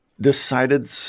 decided